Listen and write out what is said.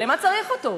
למה צריך אותו?